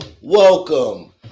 welcome